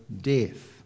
death